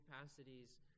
capacities